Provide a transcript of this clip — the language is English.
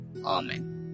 amen